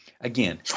Again